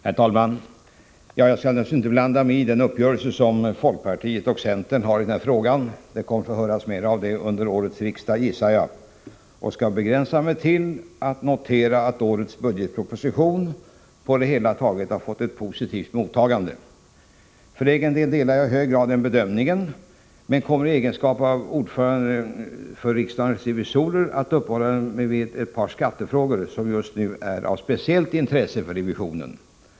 Herr talman! Jag skall inte blanda mig i den uppgörelse som folkpartiet och centern har i den här frågan. Vi kommer att få höra mera av detta under årets riksmöte, gissar jag. Till att börja med skall jag begränsa mig till att notera att årets budgetproposition på det hela taget har fått ett positivt mottagande. För egen del delar jag i hög grad denna bedömning, men kommer i egenskap av ordförande för riksdagens revisorer att uppehålla mig vid ett par skattefrågor som just nu är av speciellt intresse för revisionen.